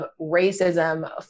racism